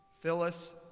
Phyllis